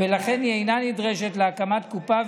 ולכן היא אינה נדרשת להקמת קופה,